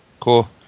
Cool